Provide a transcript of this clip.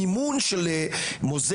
מימון של מוזיאון,